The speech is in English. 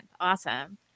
Awesome